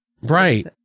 Right